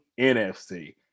NFC